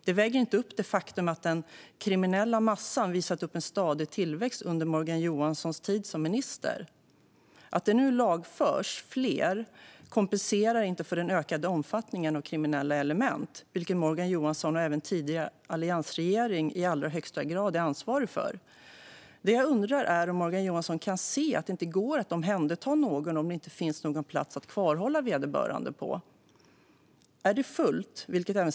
Det väger inte upp det faktum att den kriminella massan visat upp en stadig tillväxt under Morgan Johanssons tid som minister. Att det nu lagförs fler kompenserar inte för den ökning av omfattningen av kriminella element som Morgan Johansson i likhet med tidigare alliansregering i allra högsta grad är ansvarig för. Det jag undrar är om Morgan Johansson kan se att det inte går att omhänderta någon om det inte finns någon plats att kvarhålla vederbörande på. Är det fullt så är det fullt.